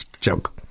joke